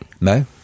no